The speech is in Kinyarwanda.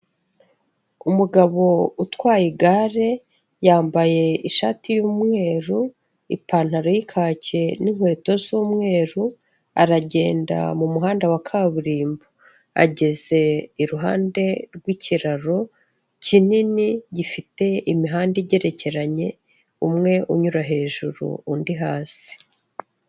Umugabo utwaye igare, yambaye ishati y'umweru, ipantaro y'ikake n'inkweto z'umweru, aragenda mu muhanda wa kaburimbo. Ageze iruhande rw'ikiraro, kinini gifite imihanda igerekeranye, umwe unyura hejuru, undi hasi.